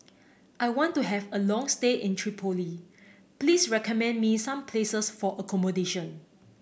I want to have a long stay in Tripoli please recommend me some places for accommodation